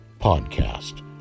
podcast